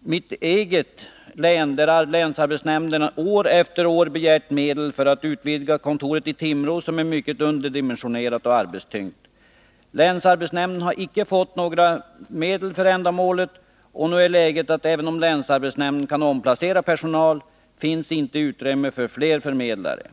mitt eget län, där länsarbetsnämnden år efter år har begärt medel för att utvidga kontoret i Timrå, som är mycket underdimensionerat och arbetstyngt. Länsarbetsnämnden har inte fått några pengar till detta ändamål, och nu är läget följande: Även om länsarbetsnämnden kan omplacera personal till Timrå finns där inte utrymme för fler förmedlare.